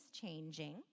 changing